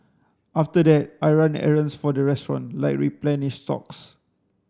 after that I run errands for the restaurant like replenish socks